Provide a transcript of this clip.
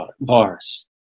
virus